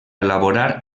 elaborar